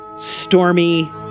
stormy